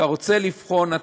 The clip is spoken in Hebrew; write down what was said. אתה רוצה לבחון,